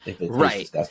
Right